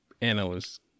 analyst